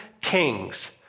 kings